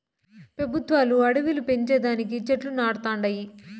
పెబుత్వాలు అడివిలు పెంచే దానికి చెట్లు నాటతండాయి